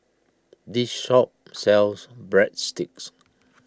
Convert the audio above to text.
this shop sells Breadsticks